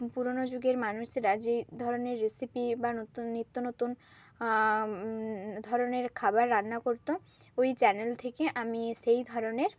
পুরনো যুগের মানুষেরা যেই ধরনের রেসিপি বা নতুন নিত্য নতুন ধরনের খাবার রান্না করত ওই চ্যানেল থেকে আমি সেই ধরনের